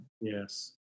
Yes